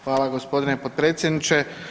Hvala g. potpredsjedniče.